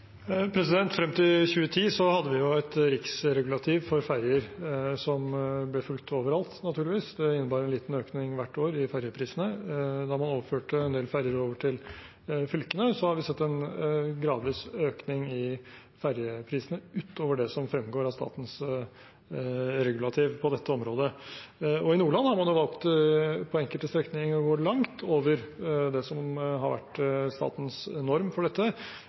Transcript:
Frem til 2010 hadde vi et riksregulativ for ferjer, som ble fulgt overalt, naturligvis. Det innebar en liten økning i ferjeprisene hvert år. Etter at man overførte en del ferjer til fylkene, har vi sett en gradvis økning i ferjeprisene utover det som fremgår av statens regulativ på dette området. I Nordland har man på enkelte strekninger valgt å gå langt over det som har vært statens norm for dette.